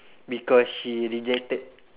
because she rejected